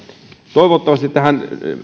toivottavasti tähän